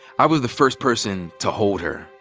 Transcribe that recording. i was the first person to hold her.